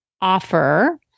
offer